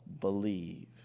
believe